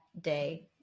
day